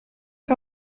que